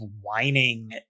whining